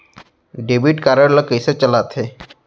Debit card ला कइसे चलाते?